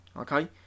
okay